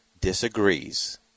disagrees